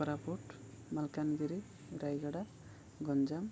Koraput Malkangiri Rayagada Ganjam